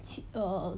其 err